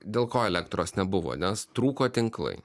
dėl ko elektros nebuvo nes trūko tinklai